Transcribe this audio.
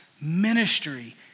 ministry